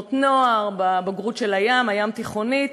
בתנועות נוער, בבגרות של הים, הים-תיכונית.